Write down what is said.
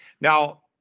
Now